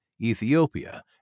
Ethiopia